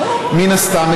מן הסתם,